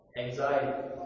Anxiety